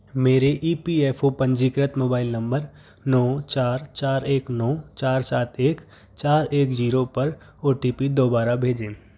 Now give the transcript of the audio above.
मेरे E P F O पंजीकृत mobile number नौ चार चार एक नौ चार सात एक चार एक जीरो पर ओ टी पी दोबारा भेजें